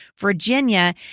Virginia